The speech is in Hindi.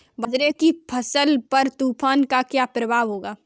बाजरे की फसल पर तूफान का क्या प्रभाव होगा?